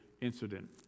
incident